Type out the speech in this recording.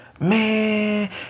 Man